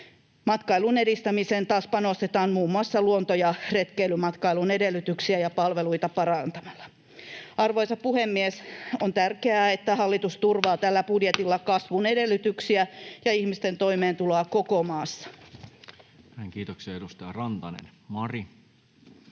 Matkailun edistämiseen taas panostetaan muun muassa luonto‑ ja retkeilymatkailun edellytyksiä ja palveluita parantamalla. Arvoisa puhemies! On tärkeää, että hallitus turvaa tällä budjetilla kasvun edellytyksiä ja ihmisten toimeentuloa koko maassa. [Speech 378] Speaker: